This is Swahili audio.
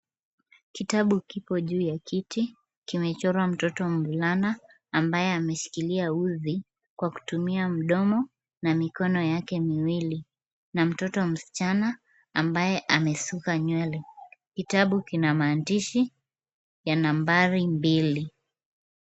Kitabu kipo juu ya kiti. Kimechorwa mtoto mvulana ambaye ameshikilia uzi kwa kutumia mdomo na mikono yake miwili, na mtoto msichana ambaye amesuka nywele. Kitabu kina maandishi ya nambari mbili.